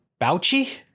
Bouchy